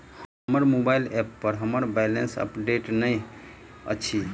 हमर mobile app पर हमर बैलेंस अपडेट नहि अछि